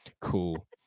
Cool